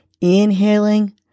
inhaling